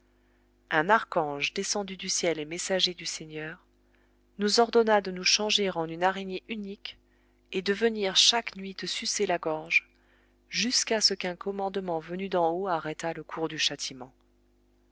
un archange descendu du ciel et messager du seigneur nous ordonna de nous changer en une araignée unique et de venir chaque nuit te sucer la gorge jusqu'à ce qu'un commandement venu d'en haut arrêtât le cours du châtiment